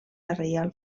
reial